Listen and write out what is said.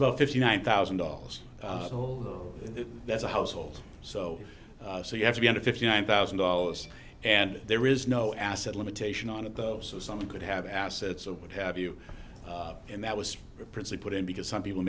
about fifty nine thousand dollars so that's a household so so you have to be under fifty nine thousand dollars and there is no asset limitation on it though so someone could have assets of what have you and that was the principle then because some people